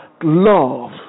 love